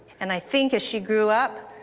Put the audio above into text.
and i think as she grew up,